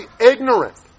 ignorant